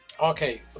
okay